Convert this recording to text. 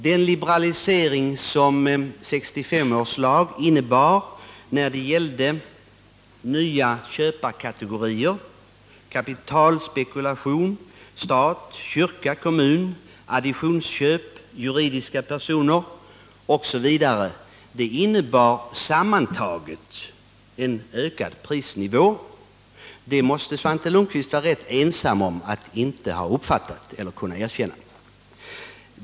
Den liberalisering som 1965 års la; innebar när det gällde nya köparkate gorier och begrepp som kapitalspekulation, stat, kyrka, kommun, additionsköp, juridiska personer osv. innebar sammantaget en ökad prisnivå. Svante Lundkvist måste vara rätt ensam om att inte kunna erkänna detta.